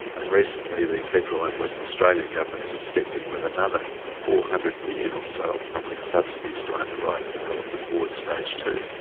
and recently the federal and western australian governments have stepped in with another four hundred million or so of public subsidies to underwrite the development of ord stage two.